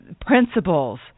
principles